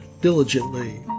diligently